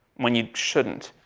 when you shouldn't,